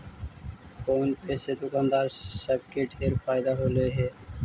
phone पे से दुकानदार सब के ढेर फएदा होलई हे